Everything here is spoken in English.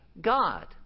God